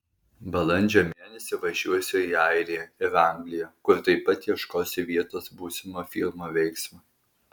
balandžio mėnesį važiuosiu į airiją ir angliją kur taip pat ieškosiu vietos būsimo filmo veiksmui